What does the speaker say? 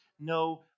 no